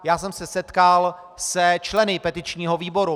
Já jsem se setkal se členy petičního výboru.